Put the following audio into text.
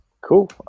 Cool